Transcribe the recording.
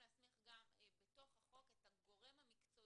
להסמיך גם בתוך החוק את הגורם המקצועי,